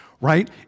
right